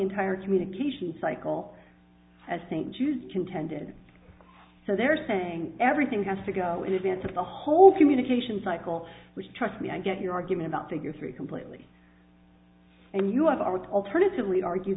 entire communication cycle as st jude contended so they're saying everything has to go in advance of the whole communication cycle which trust me i get your argument about figure three completely and you have already alternatively argued